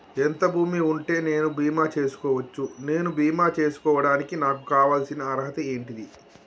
ఎంత భూమి ఉంటే నేను బీమా చేసుకోవచ్చు? నేను బీమా చేసుకోవడానికి నాకు కావాల్సిన అర్హత ఏంటిది?